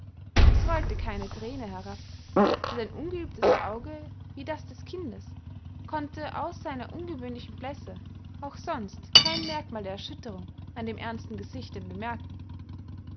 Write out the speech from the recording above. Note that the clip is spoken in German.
es rollte keine thräne herab und ein ungeübtes auge wie das des kindes konnte außer einer ungewöhnlichen blässe auch sonst kein merkmal der erschütterung an dem ernsten gesichte bemerken